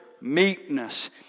meekness